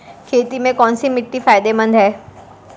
खेती में कौनसी मिट्टी फायदेमंद है?